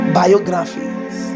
biographies